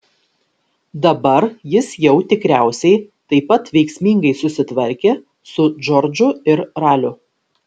dabar jis jau tikriausiai taip pat veiksmingai susitvarkė su džordžu ir raliu